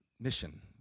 mission